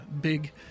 big